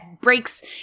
breaks –